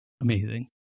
amazing